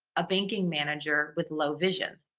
a banking manager with low vision.